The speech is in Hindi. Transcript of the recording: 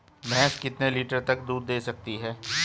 भैंस कितने लीटर तक दूध दे सकती है?